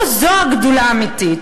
זו הגדולה האמיתית.